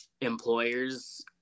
employers